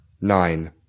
Nine